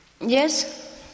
Yes